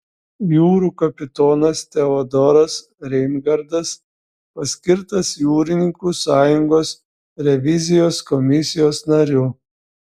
jūrų kapitonas teodoras reingardas paskirtas jūrininkų sąjungos revizijos komisijos nariu